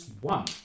one